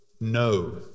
No